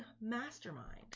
mastermind